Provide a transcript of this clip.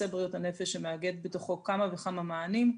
בריאות הנפש שמאגד בתוכו כמה וכמה מענים.